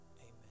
Amen